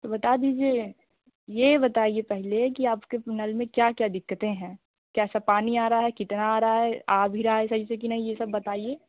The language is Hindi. तो बता दीजिए यह बताइए पहले कि आपके नल में क्या क्या दिक्कतें हैं कैसा पानी आ रहा है कितना पानी आ रहा है आ भी रहा है सही से यह सब बताइए